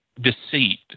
deceit